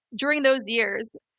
during those years,